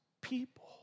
people